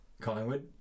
Collingwood